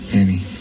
annie